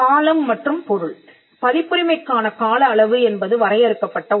காலம் மற்றும் பொருள் பதிப்புரிமைக்கான கால அளவு என்பது வரையறுக்கப்பட்ட ஒன்று